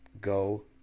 Go